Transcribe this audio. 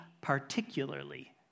particularly